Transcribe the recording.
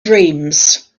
dreams